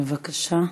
בבקשה.